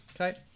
Okay